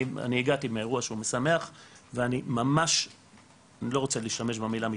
אני הגעתי מאירוע שהוא משמח ואני ממש לא רוצה להשתמש במילה מתחנן,